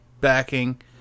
backing